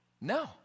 No